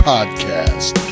Podcast